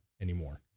anymore